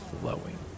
flowing